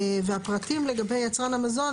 והפרטים לגבי יצרן המזון,